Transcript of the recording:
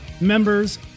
members